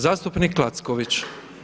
Zastupnik Lacković.